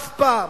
אף פעם.